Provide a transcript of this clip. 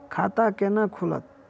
खाता केना खुलत?